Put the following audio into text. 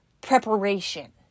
preparation